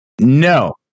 No